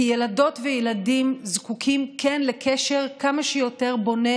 כי ילדות וילדים כן זקוקים לקשר כמה שיותר בונה,